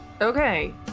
okay